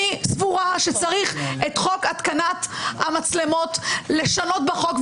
אני סבורה שצריך את חוק התקנת המצלמות לשנות בחוק,